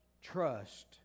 trust